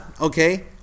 okay